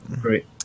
great